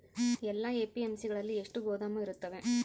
ಎಲ್ಲಾ ಎ.ಪಿ.ಎಮ್.ಸಿ ಗಳಲ್ಲಿ ಎಷ್ಟು ಗೋದಾಮು ಇರುತ್ತವೆ?